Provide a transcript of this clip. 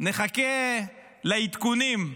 נחכה לעדכונים,